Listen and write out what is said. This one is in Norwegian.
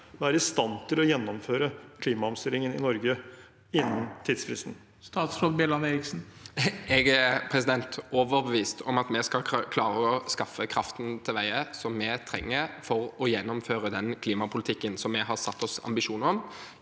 være i stand til å gjennomføre klimaomstillingen i Norge innen tidsfristen? Statsråd Andreas Bjelland Eriksen Jeg er overbevist om at vi skal klare å skaffe til veie kraften vi trenger for å gjennomføre den klimapolitikken vi har satt oss ambisjon om